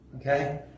Okay